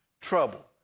Trouble